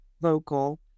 local